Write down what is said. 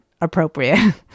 appropriate